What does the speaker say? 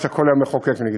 שאתה כל היום מחוקק נגדן?